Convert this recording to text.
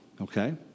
Okay